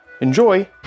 Enjoy